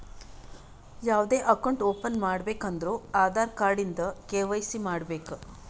ಯಾವ್ದೇ account open ಮಾಡ್ಬೇಕ ಅಂದುರ್ ಆಧಾರ್ ಕಾರ್ಡ್ ಇಂದ ಕೆ.ವೈ.ಸಿ ಮಾಡ್ಸಬೇಕ್